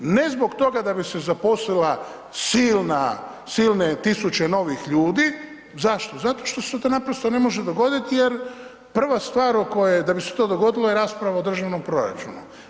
Ne zbog toga da bi se zaposlila silna, silne tisuće novih ljudi, zašto, zato što se to naprosto ne može dogoditi jer prva stvar o kojoj, da bi se to dogodilo je rasprava o državnom proračunu.